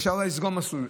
אפשר לסגור מסלול.